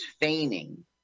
feigning